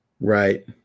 Right